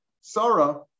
Sarah